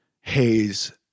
Hayes